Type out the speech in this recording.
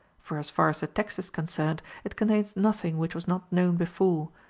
for as far as the text is concerned, it contains nothing which was not known before,